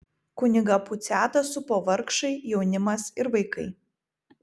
kunigą puciatą supo vargšai jaunimas ir vaikai